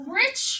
rich